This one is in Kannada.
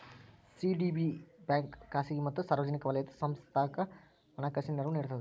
ಸಿ.ಡಿ.ಬಿ ಬ್ಯಾಂಕ ಖಾಸಗಿ ಮತ್ತ ಸಾರ್ವಜನಿಕ ವಲಯದ ಸಂಸ್ಥಾಕ್ಕ ಹಣಕಾಸಿನ ನೆರವು ನೇಡ್ತದ